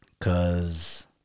Cause